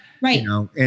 Right